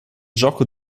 gioco